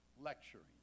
lecturing